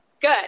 good